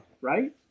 right